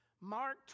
Mark